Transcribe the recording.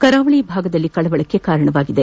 ಕರಾವಳಿ ಭಾಗದಲ್ಲಿ ಕಳವಳಕ್ಕೆ ಕಾರಣವಾಗಿದೆ